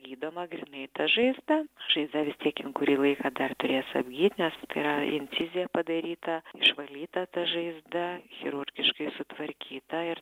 gydoma grynai ta žaizda šiaip dar vistiek jin kurį laiką dar turės apgyt nes yra incizija padaryta išvalyta ta žaizda chirurgiškai sutvarkyta ir